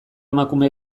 emakume